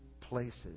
places